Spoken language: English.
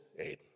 Aiden